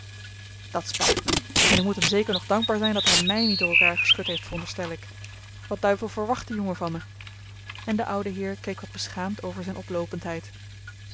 dat spijt me en ik moet hem zeker nog dankbaar zijn dat hij mij niet door elkaar geschud heeft veronderstel ik wat duivel verwacht die jongen van me en de oude heer keek wat beschaamd over zijn